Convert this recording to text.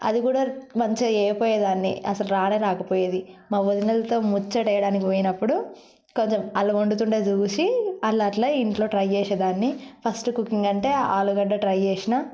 అది కూడ మంచిగా చేయకపోయే దాన్ని అసలు రానే రాకపోయేది మా వదినలతో ముచ్చట వేయడానికి పోయినప్పుడు కొంచెం వాళ్ళు వండుతుంటే చూసి మళ్ళా అట్లా ఇంట్లో ట్రై చేసేదాన్ని ఫస్టు కుకింగ్ అంటే ఆలుగడ్డ ట్రై చేసినా